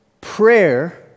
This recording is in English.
Prayer